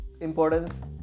importance